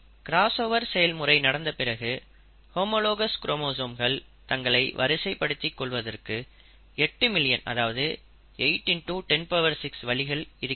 crossover செயல்முறை நடந்த பிறகு ஹோமோலாகஸ் குரோமோசோம்கள் தங்களை வரிசைப்படுத்திக் கொள்வதற்கு 8 மில்லியன் அதாவது 8x106 வழிகள் இருக்கின்றன